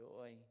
joy